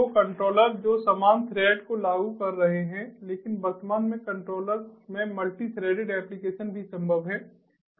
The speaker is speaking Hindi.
तो कंट्रोलर जो समान थ्रेड को लागू कर रहे हैं लेकिन वर्तमान में कंट्रोलर में मल्टी थ्रेडेड एप्लीकेशन भी संभव हैं